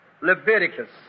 Leviticus